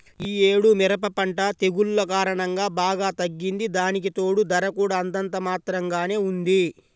యీ యేడు మిరప పంట తెగుల్ల కారణంగా బాగా తగ్గింది, దానికితోడూ ధర కూడా అంతంత మాత్రంగానే ఉంది